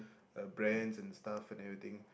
uh brands and stuff and everything